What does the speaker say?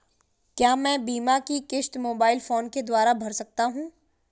क्या मैं बीमा की किश्त मोबाइल फोन के द्वारा भर सकता हूं?